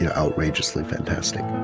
yeah outrageously fantastic.